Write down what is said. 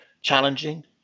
challenging